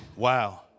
Wow